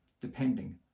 depending